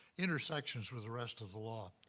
intersections with the rest of the law.